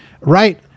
Right